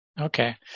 Okay